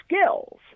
skills